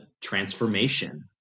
transformation